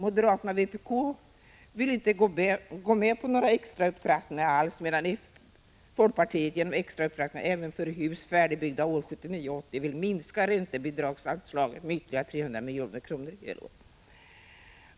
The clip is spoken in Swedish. Moderaterna och vpk vill inte gå med på några extra upptrappningar, medan folkpartiet genom extra upptrappningar även för hus färdigbyggda åren 1979 och 1980 vill minska räntebidragsanslaget med ytterligare 300 milj.kr. per helår.